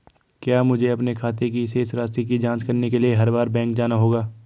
क्या मुझे अपने खाते की शेष राशि की जांच करने के लिए हर बार बैंक जाना होगा?